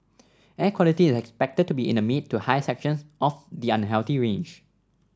air quality is expected to be in the mid to high sections of the unhealthy range